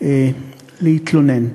בעיה להתלונן.